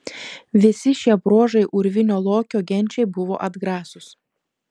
visi šie bruožai urvinio lokio genčiai buvo atgrasūs